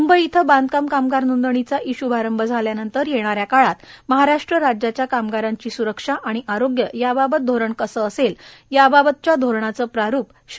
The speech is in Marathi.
मुंबई इयं बांधकाम कामगार नोंदणीचा ई शुभारंभ झाल्यानंतर येणाऱ्या काळात महाराष्ट्र राज्याच्या कामगारांची सुरक्षा आणि आरोन्य याबाबत घोरण कसं असेल यावावतच्या घोरणाचं प्रारुप श्री